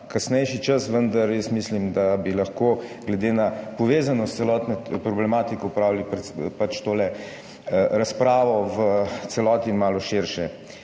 kasnejši čas, vendar jaz mislim, da bi lahko glede na povezanost celotne problematike opravili tole razpravo v celoti in malo širše.